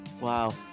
wow